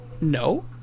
No